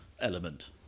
element